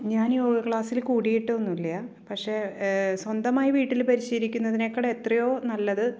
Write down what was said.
ഞാൻ യോഗ ക്ലാസിൽ കൂടിയിട്ടൊന്നുമില്ല പക്ഷെ സ്വന്തമായി വീട്ടിൽ പരിശീലിക്കുന്നതിനേക്കാൾ എത്രയോ നല്ലത്